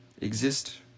exist